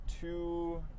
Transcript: two